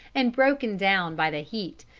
and broken down by the heat,